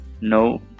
no